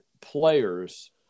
players